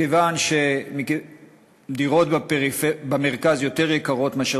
מכיוון שדירות במרכז יותר יקרות מאשר